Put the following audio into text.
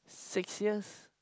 six years